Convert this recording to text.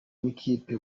n’ikipe